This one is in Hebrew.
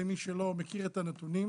למי שלא מכיר את הנתונים,